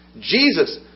Jesus